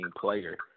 player